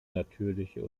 natürliche